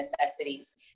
necessities